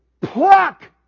Pluck